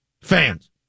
fans